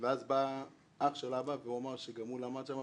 ואז בא אח של אבא והוא אמר שגם הוא למד שם,